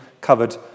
covered